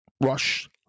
rush